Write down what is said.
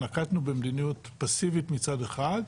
נקטנו במדיניות פסיבית מצד אחד,